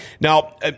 Now